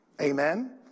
Amen